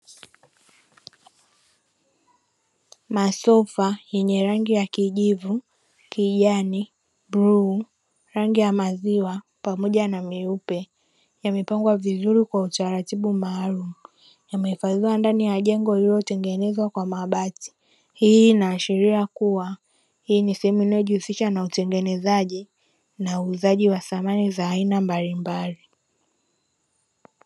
Masofa yenye rangi ya kijivu, kijani, bluu, rangi ya maziwa pamoja na pamoja na meupe yamepangwa vizuri kwa utaratibu maalumu yameifadhiwa ndani ya jengo lililotengenezwa kwa mabati. Hii inaashiria kuwa ni sehemu inayojihusisha na utengenezaji na uuzaji wa samani za aina mbalimbali.